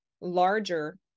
larger